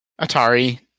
Atari